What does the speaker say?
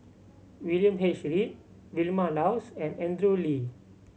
William H Read Vilma Laus and Andrew Lee